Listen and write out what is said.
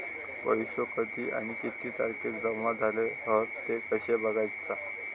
पैसो कधी आणि किती तारखेक जमा झाले हत ते कशे बगायचा?